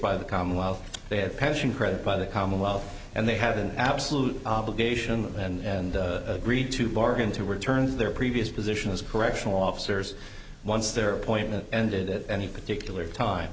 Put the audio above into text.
by the commonwealth they have pension credit by the commonwealth and they have an absolute obligation and a greed to bargain to return to their previous position as correctional officers once their appointment ended at any particular time